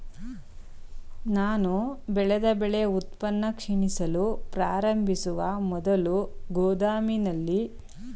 ನಾನು ಬೆಳೆದ ಬೆಳೆ ಉತ್ಪನ್ನ ಕ್ಷೀಣಿಸಲು ಪ್ರಾರಂಭಿಸುವ ಮೊದಲು ಗೋದಾಮಿನಲ್ಲಿ ಎಷ್ಟು ಸಮಯದವರೆಗೆ ಸಂಗ್ರಹಿಸಬಹುದು?